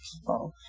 people